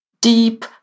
deep